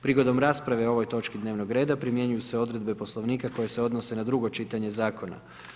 Prigodom rasprave o ovoj točci dnevnog reda, primjenjuju se odredbe Poslovnika koje se odnose na drugo čitanje zakona.